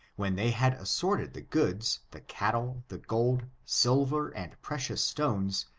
when they had assorted the goods, the cattle, the gold, silver and precious stones,